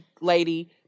lady